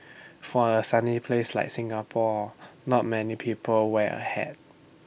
for A sunny place like Singapore not many people wear A hat